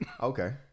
Okay